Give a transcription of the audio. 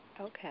Okay